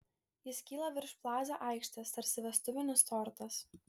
jis kyla virš plaza aikštės tarsi vestuvinis tortas